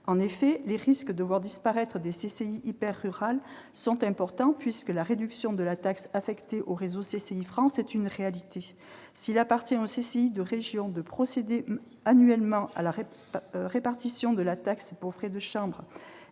En effet, les risques de voir disparaître les chambres de commerce et d'industrie hyper-rurales sont importants, puisque la réduction de la taxe affectée au réseau CCI France est une réalité. S'il appartient aux CCI de région de procéder annuellement à la répartition de la taxe pour frais de chambre